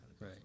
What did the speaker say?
Right